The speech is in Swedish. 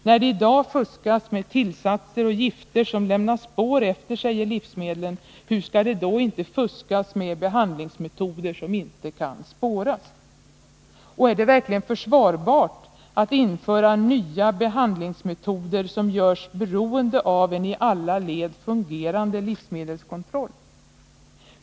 När det i dag fuskas med tillsatser och gifter som lämnar spår efter sig i livsmedlen, hur skall det då inte fuskas med behandlingsmetoder som inte kan spåras? Och är det verkligen försvarbart att införa behandlingsmetoder som görs beroende av en i alla led fungerande livsmedelskontroll?